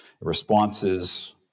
Responses